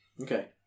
Okay